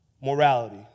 morality